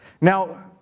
Now